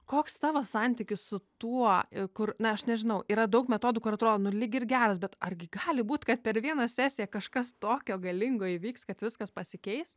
koks tavo santykis su tuo e kur na aš nežinau yra daug metodų kur atrodo nu lyg ir geras bet argi gali būt kad per vieną sesiją kažkas tokio galingo įvyks kad viskas pasikeis